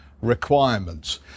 requirements